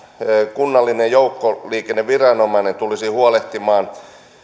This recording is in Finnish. kunnallinen joukkoliikenneviranomainen tulisi huolehtimaan